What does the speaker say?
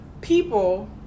people